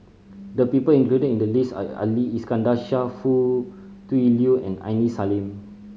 the people included in the list are Ali Iskandar Shah Foo Tui Liew and Aini Salim